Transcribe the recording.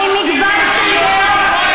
ממגוון של דעות?